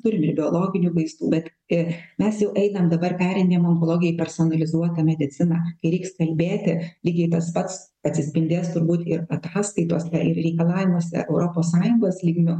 turim biologinių vaistų bet ir mes jau einam dabar pereidimėjam onkologiją į personalizuotą mediciną reiks kalbėti lygiai tas pats atsispindės turbūt ir ataskaitose realiai reikalavimuose europos sąjungos lygmeniu